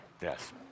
Yes